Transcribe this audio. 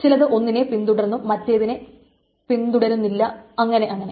ചിലത് ഒന്നിനെ പിന്തുടർന്നും മറ്റതിനെ പിന്തുടരുന്നില്ല അങ്ങനെ അങ്ങനെ